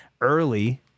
early